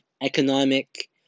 economic